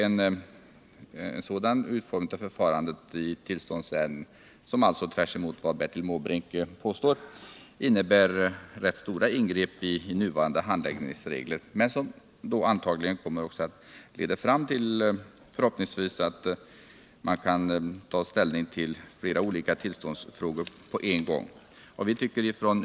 En sådan utgångspunkt för förfarandet vid tillståndsärendena innebär, tvärtemot vad Bertil Måbrink påstår, rätt stora ingrepp i nuvarande handläggningsregler, men kommer förhoppningsvis att leda fram till att man inom kommunerna kan ta ställning till flera olika tillståndsfrågor på samma gång.